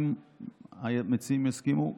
אם המציעים יסכימו,